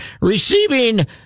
receiving